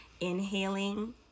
inhaling